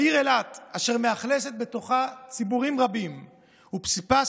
העיר אילת מאכלסת בתוכה ציבורים רבים ופסיפס